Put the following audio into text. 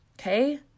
Okay